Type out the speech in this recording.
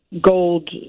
gold